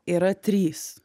yra trys